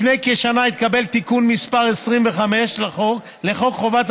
לפני כשנה התקבל תיקון מס' 25 לחוק חובת